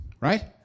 right